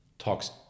Talks